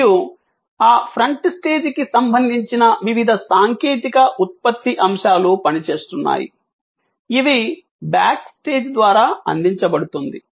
మరియు ఆ front stage కి సంబంధించిన వివిధ సాంకేతిక ఉత్పత్తి అంశాలు పనిచేస్తున్నాయి ఇవి బ్యాక్ స్టేజ్ ద్వారా అందించబడుతుంది